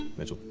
mitchell.